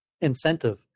Incentive